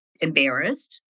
embarrassed